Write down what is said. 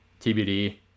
TBD